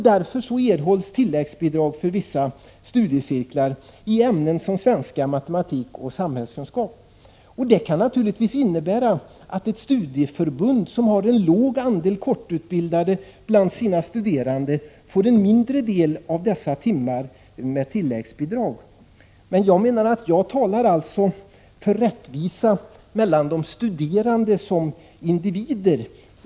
Därför erhålls tilläggsbidrag för vissa studiecirklar i ämnen som svenska, matematik och samhällskunskap. Det kan naturligtvis innebära att ett studieförbund som har en låg andel kortutbildade bland sina studerande får en mindre del av studietimmar med tilläggsbidrag. Jag talar alltså för rättvisa mellan de studerande som individer.